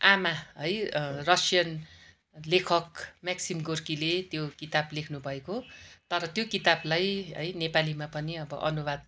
आमा है रसियन लेखक मेक्सिम गोर्कीले त्यो किताब लेख्नु भएको तर त्यो किताबलाई है नेपालीमा पनि अब अनुवाद